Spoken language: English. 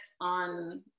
on